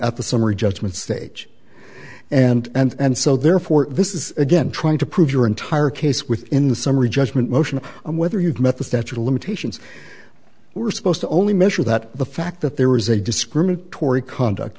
of the summary judgment stage and and so therefore this is again trying to prove your entire case within the summary judgment motion of whether you've met the statute of limitations we're supposed to only measure that the fact that there was a discriminatory conduct